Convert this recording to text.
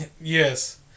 Yes